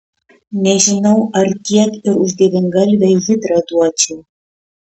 nežinau ar tiek ir už devyngalvę hidrą duočiau